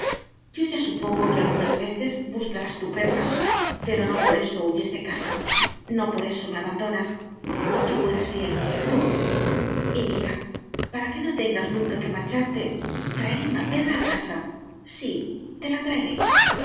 yo ya supongo que algunas veces buscarás tu perra pero no por eso huyes de casa no por eso me abandonas tú eres fiel tú y mira para que no tengas nunca que marcharte traeré una perra a casa sí te la traeré